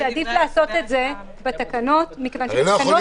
הסברנו שעדיף לעשות את זה בתקנות מכיוון שבתקנות נקבעות המגבלות.